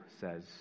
says